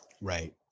Right